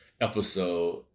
episode